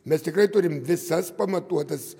mes tikrai turim visas pamatuotas